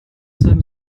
seinem